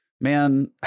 man